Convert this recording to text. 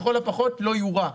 לכל הפחות לא יורע.